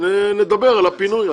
נדבר על הפינוי.